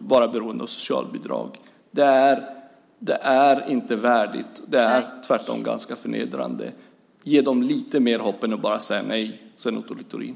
vara beroende av socialbidrag. Det är inte värdigt. Det är tvärtom ganska förnedrande. Ge dem lite mer hopp än att bara säga nej, Sven Otto Littorin!